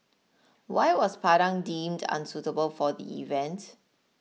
why was Padang deemed unsuitable for the event